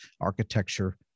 architecture